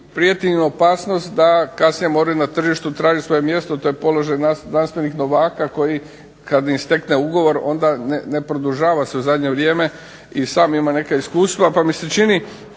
prijeti im opasnost da kasnije moraju na tržištu svoje mjesto, to je položaj znanstvenih novaka koji kada im istekne ugovor ne produžava se u zadnje vrijeme. I sam imam neka iskustva.